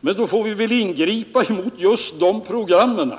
Men då får vi väl ingripa mot just de programmen